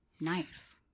Nice